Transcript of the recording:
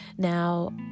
now